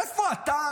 איפה אתה,